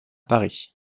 paris